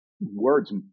words